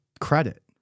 credit